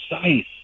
precise